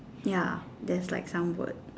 ya there is like some words